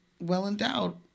well-endowed